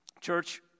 Church